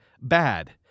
Bad